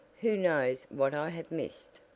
who knows what i have missed?